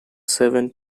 seven